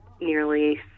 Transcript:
nearly